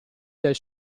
dal